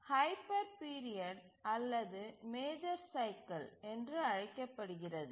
M hyper period அல்லது major cycle என்று அழைக்கப்படுகிறது